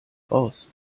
raus